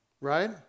right